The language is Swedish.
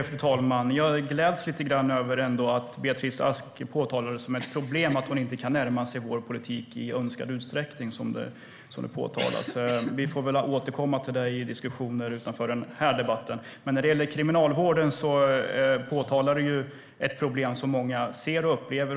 Fru talman! Jag gläds över att Beatrice Ask ändå tyckte att det var ett problem att hon inte kan närma sig vår politik i önskad utsträckning. Vi får återkomma till det i diskussioner utanför den här debatten. När det gäller kriminalvården påtalade du ett problem som många upplever.